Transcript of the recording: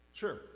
Sure